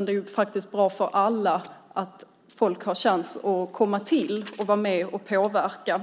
Det är faktiskt bra för alla att folk har chans att vara med och påverka.